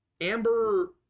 Amber